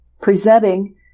presenting